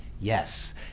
yes